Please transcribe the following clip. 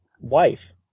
wife